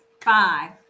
five